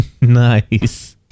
Nice